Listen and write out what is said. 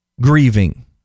grieving